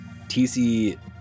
TC